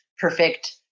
perfect